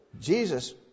Jesus